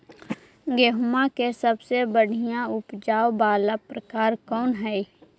गेंहूम के सबसे बढ़िया उपज वाला प्रकार कौन हई?